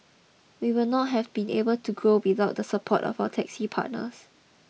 we would not have been able to grow without the support of our taxi partners